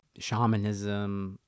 shamanism